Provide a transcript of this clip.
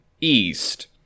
east